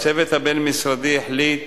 הצוות הבין-משרדי החליט